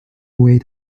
way